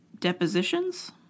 depositions